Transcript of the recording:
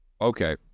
Okay